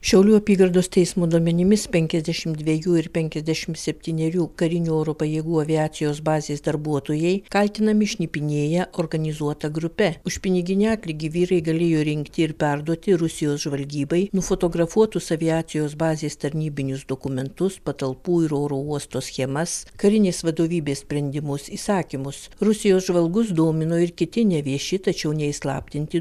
šiaulių apygardos teismo duomenimis penkiasdešim dviejų ir penkiasdešim septynerių karinių oro pajėgų aviacijos bazės darbuotojai kaltinami šnipinėję organizuota grupe už piniginį atlygį vyrai galėjo rinkti ir perduoti rusijos žvalgybai nufotografuotus aviacijos bazės tarnybinius dokumentus patalpų ir oro uosto schemas karinės vadovybės sprendimus įsakymus rusijos žvalgus domino ir kiti nevieši tačiau neįslaptinti